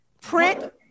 print